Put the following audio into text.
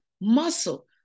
Muscle